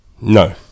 No